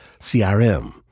CRM